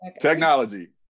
Technology